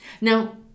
Now